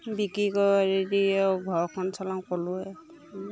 বিক্ৰী ঘৰখন চলাওঁ ক'লোৱে